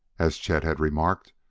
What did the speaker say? as chet had remarked,